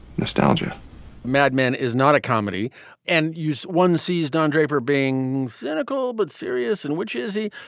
nostalgia mad men is not a comedy and use one sees don draper being cynical but serious, in which is he?